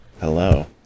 Hello